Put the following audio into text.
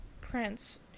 prince